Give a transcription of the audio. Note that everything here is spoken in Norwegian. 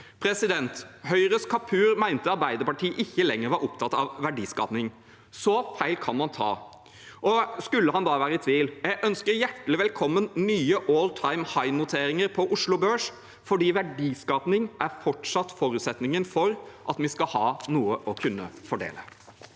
tider. Høyres Kapur mente at Arbeiderpartiet ikke lenger var opptatt av verdiskaping. Så feil kan man ta. Og skulle han være i tvil: Jeg ønsker hjertelig velkommen nye «all time high»-noteringer på Oslo Børs, for verdiskaping er fortsatt forutsetningen for at vi skal kunne ha noe å fordele.